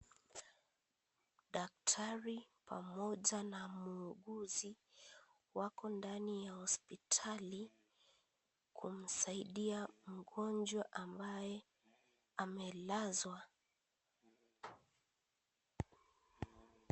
Daktari pamoja na muuguzi wako ndani ya hospitali kumsaidia mgonjwa ambaye amelazwa.